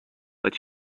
but